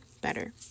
better